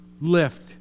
lift